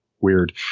weird